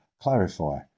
clarify